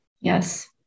yes